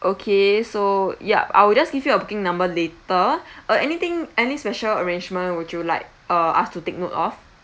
okay so yup I will just give you a booking number later uh anything any special arrangement would you like uh us to take note of